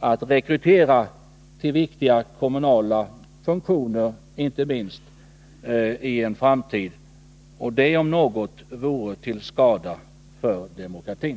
att rekrytera människor till viktiga kommunala funktioner. Och det om något vore till skada för demokratin.